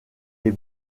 est